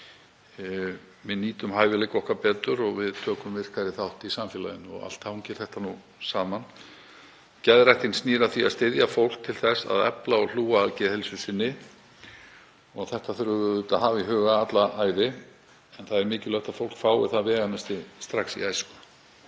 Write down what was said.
Við nýtum hæfileika okkar betur og við tökum virkari þátt í samfélaginu og allt hangir þetta nú saman. Geðrækt snýr að því að styðja fólk til þess að efla og hlúa að geðheilsu sinni og þetta þurfum við auðvitað að hafa í huga alla ævi. Það er mikilvægt að fólk fái það veganesti strax í æsku.